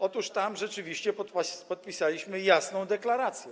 Otóż tam rzeczywiście podpisaliśmy jasną deklarację.